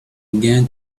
again